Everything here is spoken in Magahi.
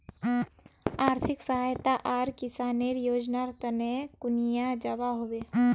आर्थिक सहायता आर किसानेर योजना तने कुनियाँ जबा होबे?